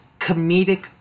comedic